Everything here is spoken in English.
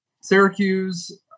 Syracuse